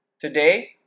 Today